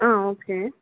ஆ okay